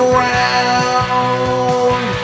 round